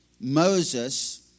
Moses